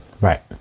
right